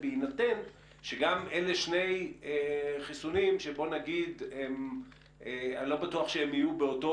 בהינתן שגם אלה שני חיסונים שאני לא בטוח שהם יהיו באותו